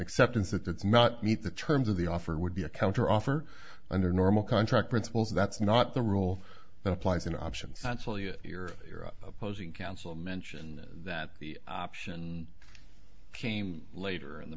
acceptance that it's not meet the terms of the offer would be a counter offer under normal contract principles that's not the rule that applies in options consul you your opposing counsel mentioned that the option came later in the